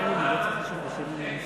ההצעה להעביר את הצעת חוק לימוד